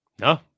No